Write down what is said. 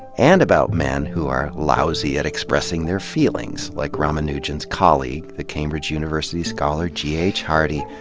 and about men who are lousy at expressing their feelings, like ramanujan's colleague, the cambridge university scholar g h. hardy,